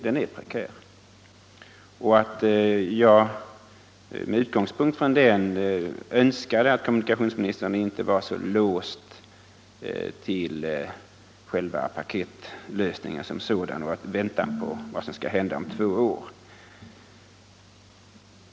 Det är just med utgångspunkt i den jag önskar att kommunikationsministern inte skulle vara så låst till själva paketlösningen som sådan och vänta på vad som skall hända om två år.